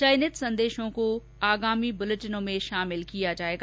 चयनित संदेशों को आगामी बुलेटिनों में शामिल किया जाएगा